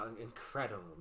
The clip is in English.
incredible